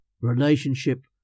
relationship